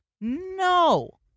No